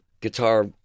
guitar